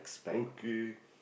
okay